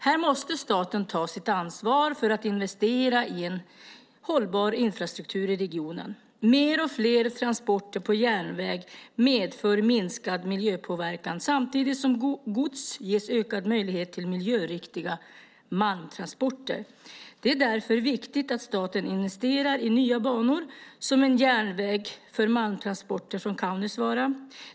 Här måste staten ta sitt ansvar för att investera i en hållbar infrastruktur i regionen. Större och fler transporter på järnväg medför minskad miljöpåverkan samtidigt som det ges ökade möjligheter till miljöriktiga malmtransporter. Därför är det viktigt att staten investerar i nya banor, såsom en järnväg för malmtransporter från Kaunisvaara.